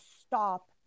stop